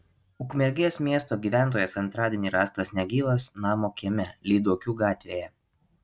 ukmergės miesto gyventojas antradienį rastas negyvas namo kieme lyduokių gatvėje